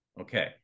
Okay